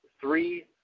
three